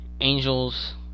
Angels